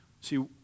See